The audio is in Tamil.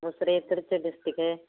முசிறி திருச்சி டிஸ்ட்டிக்கு